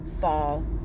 fall